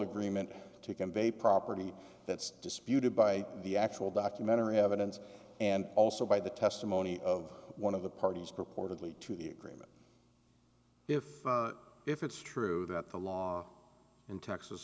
agreement to convey a property that's disputed by the actual documentary evidence and also by the testimony of one of the parties purportedly to the agreement if if it's true that the law in texas